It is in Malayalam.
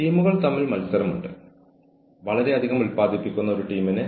നമുക്കെല്ലാവർക്കും ഒരു അധികാരപരിധിയുണ്ട്